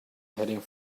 heading